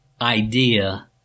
idea